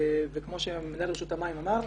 כמו שמנהל רשות המים אמר,